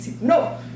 No